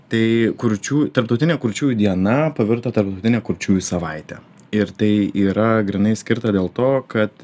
tai kurčių tarptautinė kurčiųjų diena pavirto tarptautine kurčiųjų savaite ir tai yra grynai skirta dėl to kad